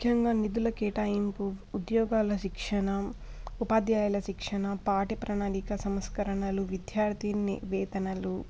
ముఖ్యంగా నిధుల కేటాయింపు ఉద్యోగాల శిక్షణ ఉపాధ్యాయుల శిక్షణ పాఠ్య ప్రణాళిక సంస్కరణలు విద్యార్థి నివేదనలు